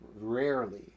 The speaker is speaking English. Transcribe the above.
rarely